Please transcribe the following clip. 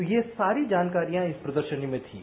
वो ये सारी जानकारियों इस प्रदर्शनी में थीं